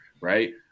right